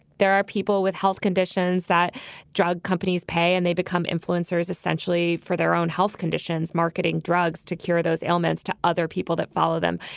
there are people with health conditions that drug companies pay and they become influencers essentially for their own health conditions, marketing drugs to cure those ailments to other people that follow them.